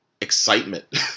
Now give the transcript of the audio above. excitement